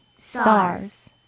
stars